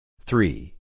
three